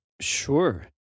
Sure